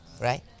right